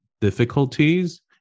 difficulties